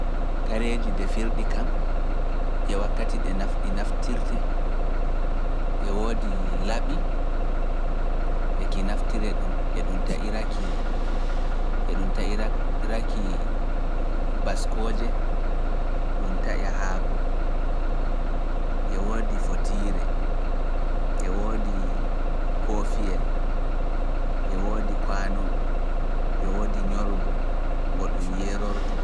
Kareeji ndefirɗi kam e wakkati ɗe naftirte e woodi laɓi e ki naftiree e ɗum taƴira-ki - e ɗum taƴira-ki baskooje, ɗum taƴe haako, e woodi fotiire, e woodi koofiyel, e woodi kaanoowo, e woodi nyorgo, ngo ɗum yeerortoo.